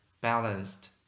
balanced